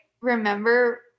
remember